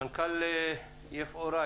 מנכ"ל יפאורה.